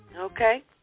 Okay